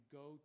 go